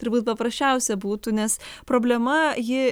turbūt paprasčiausia būtų nes problema ji